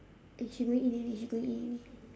eh she going in already she going in already